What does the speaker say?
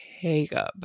Jacob